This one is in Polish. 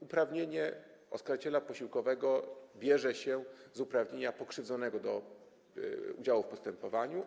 Uprawnienie oskarżyciela posiłkowego bierze się z uprawnienia pokrzywdzonego do udziału w postępowaniu.